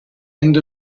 end